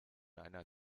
einer